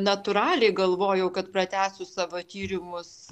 natūraliai galvojau kad pratęsiu savo tyrimus